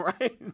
right